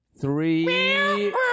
three